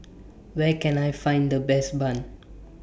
Where Can I Find The Best Bun